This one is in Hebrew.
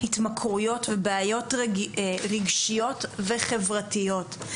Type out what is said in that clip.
התמכרויות ובעיות רגשיות וחברתיות.